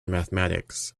mathematics